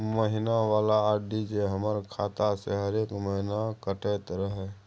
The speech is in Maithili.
महीना वाला आर.डी जे हमर खाता से हरेक महीना कटैत रहे?